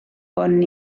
hwn